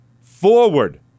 forward